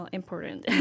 important